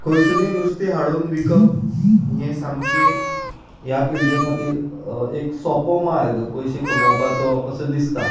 खंयसुनूय नुस्तें हाडून विकप हें सामकें ह्या पिळगे खातीर एक सोंपो मार्ग पयशे कमोवपाचो असो दिसता